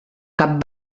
cap